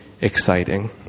exciting